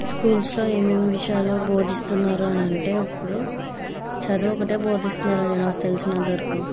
స్కూల్స్లో ఏమేమి విషయాలు బోధిస్తున్నారు అని అంటే ఇప్పుడు చదువు ఒకటే బోధిస్తున్నారు అండి నాకు తెలిసినంతవరకు